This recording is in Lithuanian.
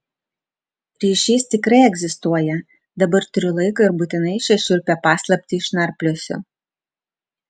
ryšys tikrai egzistuoja dabar turiu laiko ir būtinai šią šiurpią paslaptį išnarpliosiu